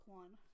one